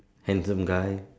handsome guy